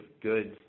goods